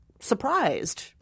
Surprised